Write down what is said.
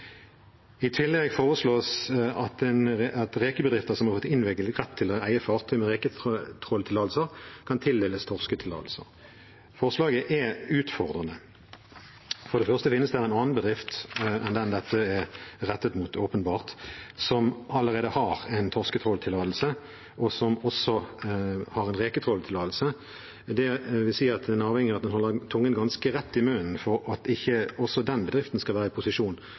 I tillegg foreslås at rekebedrifter som har fått innvilget rett til å eie fartøy med reketråltillatelser, kan tildeles torsketillatelser. Forslaget er utfordrende. For det første finnes det en annen bedrift enn den dette er rettet mot, åpenbart, som allerede har en torsketråltillatelse, og som også har en reketråltillatelse. Det vil si at en er avhengig av å holde tungen ganske rett i munnen for at ikke også den bedriften skal være i posisjon